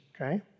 okay